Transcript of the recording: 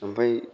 ओमफ्राय